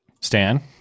stan